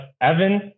evan